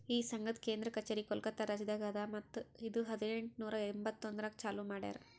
ಈ ಸಂಘದ್ ಕೇಂದ್ರ ಕಚೇರಿ ಕೋಲ್ಕತಾ ರಾಜ್ಯದಾಗ್ ಅದಾ ಮತ್ತ ಇದು ಹದಿನೆಂಟು ನೂರಾ ಎಂಬತ್ತೊಂದರಾಗ್ ಚಾಲೂ ಮಾಡ್ಯಾರ್